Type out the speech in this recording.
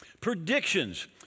Predictions